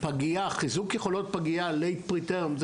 חיזוק יכולות פגייה late preterm זה